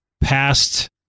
past